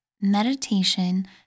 meditation